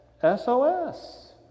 SOS